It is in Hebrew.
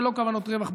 ללא כוונות רווח,